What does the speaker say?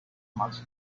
much